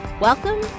Welcome